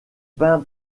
pain